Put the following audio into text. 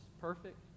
perfect